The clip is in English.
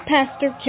Pastor